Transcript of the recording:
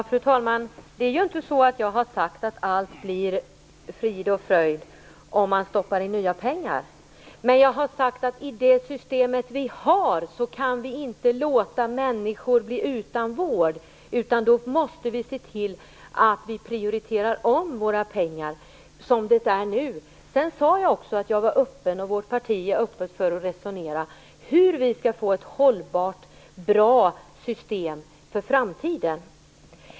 Fru talman! Jag har inte sagt att allt blir frid och fröjd om man stoppar in nya pengar. Men jag har sagt att i det system som vi har kan vi inte låta människor bli utan vård, utan vi måste se till att pengarna prioriteras om. Jag sade också att jag och mitt parti är öppet för att resonera om hur man kan få ett hållbart och bra system för framtiden.